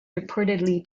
reportedly